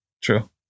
True